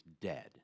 dead